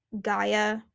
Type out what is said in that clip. Gaia